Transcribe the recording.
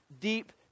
deep